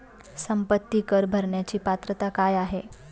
संपत्ती कर भरण्याची पात्रता काय आहे?